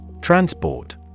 Transport